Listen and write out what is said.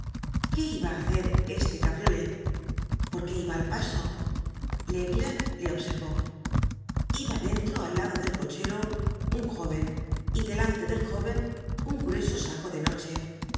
qué iba á hacer este cabriolé por qué iba al paso laigle le observó iba dentro al lado del cochero un jóven y delante del jóven un grueso saco de noche el